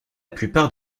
plupart